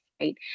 right